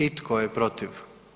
I tko je protiv?